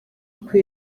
uku